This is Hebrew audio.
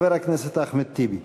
חבר הכנסת אחמד טיבי.